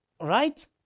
right